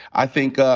i think,